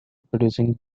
producing